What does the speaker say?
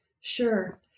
Sure